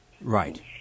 Right